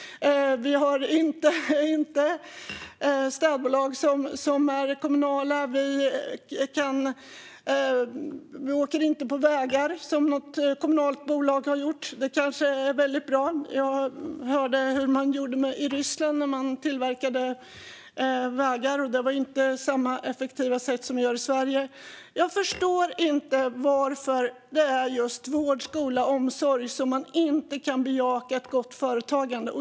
Vi har inte städbolag som är kommunala. Vi åker inte på vägar som kommunala bolag har byggt. Det kanske är bra, för jag hörde hur man byggde vägar i Ryssland, och det var inte på samma effektiva sätt som i Sverige. Jag förstår inte varför det är just inom vård, skola och omsorg som man inte kan bejaka ett gott företagande.